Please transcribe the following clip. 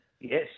Yes